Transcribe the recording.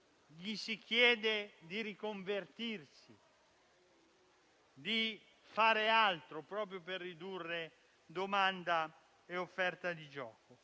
cui si chiede loro di riconvertirsi e fare altro proprio per ridurre domanda e offerta di gioco.